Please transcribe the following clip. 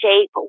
shape